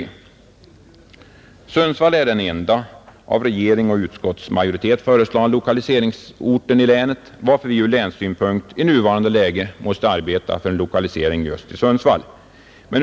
Sundsvall är den enda av regering och utskottsmajoritet föreslagna lokaliseringsorten i länet, varför vi ur länets synpunkt i nuvarande läge måste arbeta för en lokalisering just till Sundsvall av statlig verksamhet.